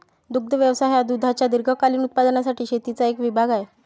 दुग्ध व्यवसाय हा दुधाच्या दीर्घकालीन उत्पादनासाठी शेतीचा एक विभाग आहे